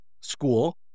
school